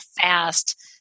fast